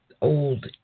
old